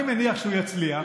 אני מניח שהוא יצליח.